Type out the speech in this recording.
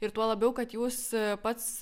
ir tuo labiau kad jūs pats